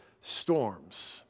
storms